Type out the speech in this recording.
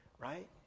right